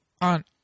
on